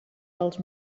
els